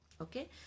okay